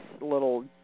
little